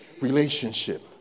relationship